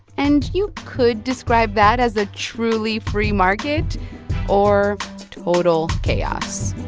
and you could describe that as a truly free market or total chaos